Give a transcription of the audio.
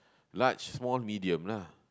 large small medium lah